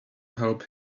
help